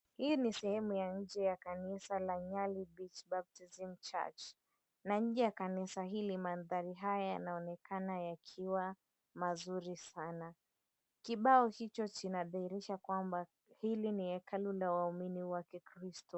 Hii ni sehemu ya nje ya kanisa la NYALI BEACH BAPTISM CHURCH na nje ya kanisa hili mandhari haya yanaonekana yakiwa mazuri sana. Kibao hicho kinadhihirisha kwamba hili ni hekalu la waumini wa kikristo.